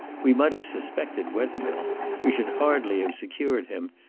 we might have suspected wethermill we should hardly have secured him,